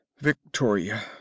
Victoria